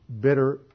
bitter